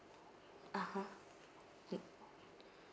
ah ha mm